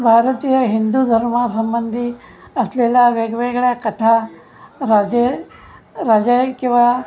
भारतीय हिंदू धर्मासंबंधी असलेल्या वेगवेगळ्या कथा राजे राजाय किंवा